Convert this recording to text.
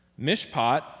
Mishpat